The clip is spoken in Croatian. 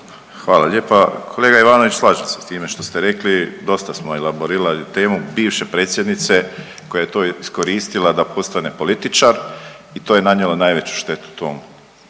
Hvala lijepa. Kolega Ivanović slažem se s time što ste rekli, dosta smo elaborirali temu bivše predsjednice koja je to iskoristila da postane političar i to je nanijelo najveću štetu tom